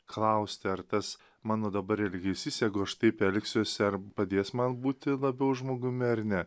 klausti ar tas mano dabar irgi įsisegu aš taip elgsiuosi ar padės man būti labiau žmogumi ar ne